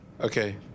okay